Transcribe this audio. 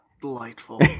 Delightful